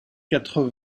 quatre